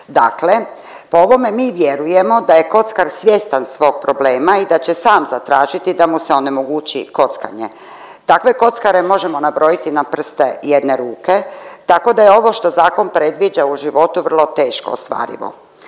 Dakle, po ovome mi vjerujemo da je kockar svjestan svog problema i da će sam zatražiti da mu se onemogući kockanje. Takve kockare možemo nabrojiti na prste jedne ruke, tako da je ovo što zakon predviđa u životu vrlo teško ostvarivo.